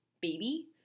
baby